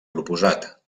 proposat